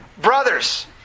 Brothers